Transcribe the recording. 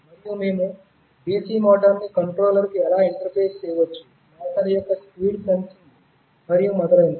మరియు మేము DC మోటారును మైక్రోకంట్రోలర్కు ఎలా ఇంటర్ఫేస్ చేయవచ్చు మోటారు యొక్క స్పీడ్ సెన్సింగ్ మరియు మొదలైనవి